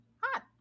hot